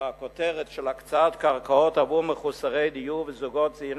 בכותרת של הקצאת קרקעות עבור מחוסרי דיור וזוגות צעירים,